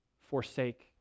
forsake